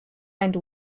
and